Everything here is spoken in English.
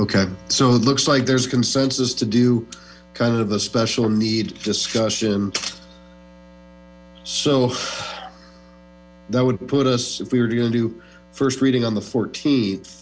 ok so it looks like there's consensus to do kind of a special needs discussion so that would put us if we were going to do first reading on the fourt